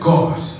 God